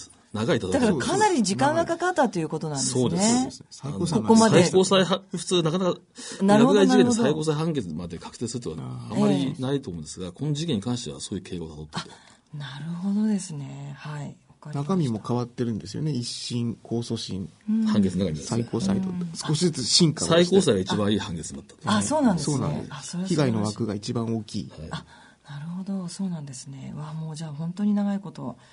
長い戦いだと思います。だからかなり時間がかかったということなんですね。そうです。そうですね。あの、ここまで。最高裁判、普通なかなか、なるほど、なるほど。百害事件の最高裁判決まで確定するとは、ああ。あまりええ。ないと思うんですが、この事件に関してはそういう経緯を辿って。あ、なるほどですね。はい。わかりました。中身も変わってるんですよね。一審、控訴審。うん。判決の中身ですね。最高裁と、うん。少しずつ進化をして。最高裁が一番いい判決だったと。あ、そうなんですね。 そうなんです。あ、それはそう-被害の枠が一番大きい。はい。あ、なるほど。そうなんですね。わあ、もうじゃあ本当に長いこと